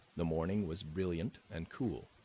the morning was brilliant and cool,